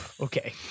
Okay